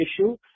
issue